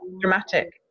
dramatic